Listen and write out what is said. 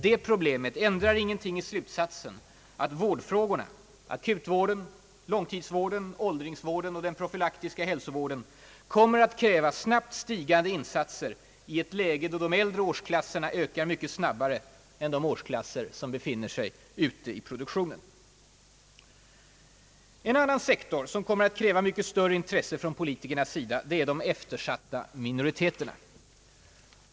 Det problemet ändrar ingenting i slutsatsen att vårdfrågorna — akutvården, långtidsvården, åldringsvården och den profylaktiska hälsovården — kommer att kräva snabbt stigande insatser i ett läge då de äldre årsklasserna ökar mycket snabbare än de årsklasser som befinner sig ute i produktionen. En annan sektor som kommer att kräva mycket större intresse från politikernas sida är de eftersatta minoriteterna.